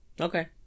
Okay